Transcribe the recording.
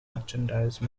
merchandise